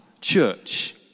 church